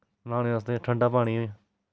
न्हाने आस्तै ठंडा पानी